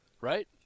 right